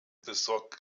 besorgt